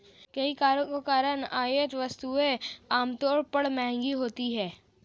कई करों के कारण आयात वस्तुएं आमतौर पर महंगी होती हैं